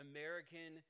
American